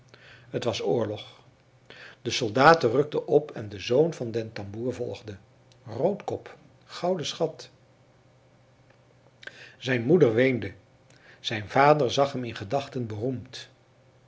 het was oorlog de soldaten rukten op en de zoon van den tamboer volgde roodkop gouden schat zijn moeder weende zijn vader zag hem in gedachten beroemd